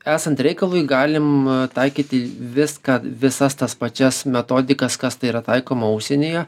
esant reikalui galim taikyti viską visas tas pačias metodikas kas tai yra taikoma užsienyje